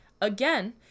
again